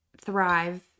thrive